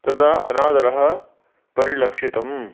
तदा अनादरः परिलक्षितः